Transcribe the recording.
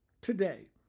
today